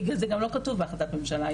כי זה גם לא כתוב בהחלטת הממשלה,